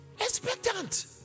Expectant